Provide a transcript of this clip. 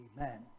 Amen